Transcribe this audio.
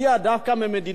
דווקא ממדינה טוטליטרית,